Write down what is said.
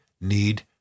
need